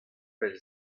pell